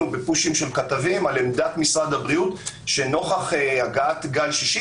בפושים של כתבים על עמדת משרד הבריאות שנוכח הגעת גל שישי,